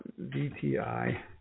VTI